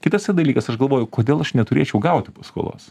kitas yra dalykas aš galvoju kodėl aš neturėčiau gauti paskolos